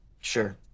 Sure